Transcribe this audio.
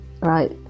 Right